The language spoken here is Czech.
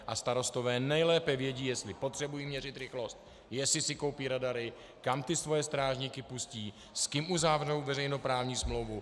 A starostové nejlépe vědí, jestli potřebují měřit rychlost, jestli si koupí radary, kam ty svoje strážníky pustí, s kým uzavřou veřejnoprávní smlouvu atd. atd.